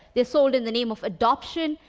they are sold in the name of adoption.